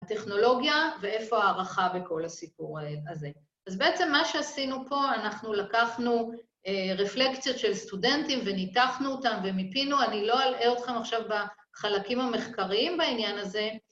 ‫הטכנולוגיה, ואיפה ההערכה ‫בכל הסיפור הזה. ‫אז בעצם מה שעשינו פה, ‫אנחנו לקחנו רפלקציות של סטודנטים ‫וניתחנו אותם ומיפינו, ‫אני לא אלאה אתכם עכשיו ‫בחלקים המחקריים בעניין הזה,